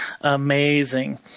amazing